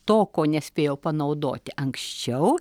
to ko nespėjau panaudoti anksčiau